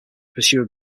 pursue